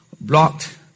blocked